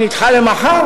כבר נדחה למחר.